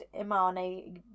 Imani